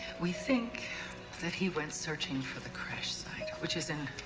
we think that he went searching for the crash site, which is in